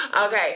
okay